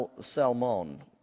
Salmon